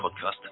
podcast